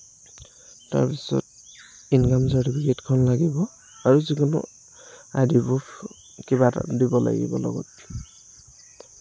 তাৰপিছত ইনকাম চাৰ্টিফিকেটখন লাগিব আৰু যিকোনো আই ডি প্ৰুফ কিবা এটা দিব লাগিব লগত